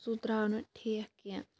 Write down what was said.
سُہ دراو نہٕ ٹھیک کیٚنٛہہ